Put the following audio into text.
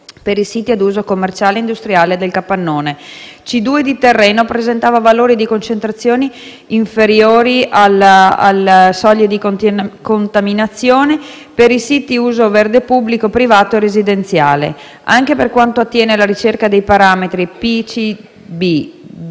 per i siti ad uso commerciale e industriale e il campione C2 di terreno presentava valori di concentrazione inferiori alle soglie di contaminazione per i siti ad uso verde pubblico, privato e residenziale. Anche per quanto attiene la ricerca dei parametri PCB,